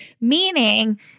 meaning